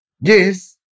Yes